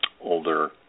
older